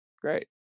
Great